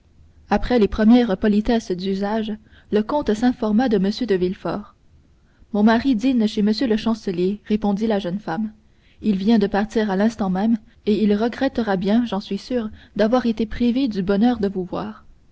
après les premières politesses d'usage le comte s'informa de m de villefort mon mari dîne chez m le chancelier répondit la jeune femme il vient de partir à l'instant même et il regrettera bien j'en suis sûre d'avoir été privé du bonheur de vous voir